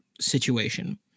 situation